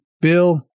Bill